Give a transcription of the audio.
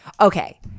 Okay